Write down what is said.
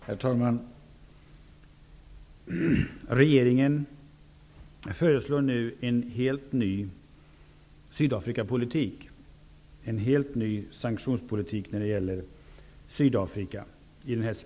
Herr talman! Regeringen föreslår nu i sin skrivelse en helt ny sanktionspolitik mot Sydafrika.